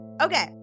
Okay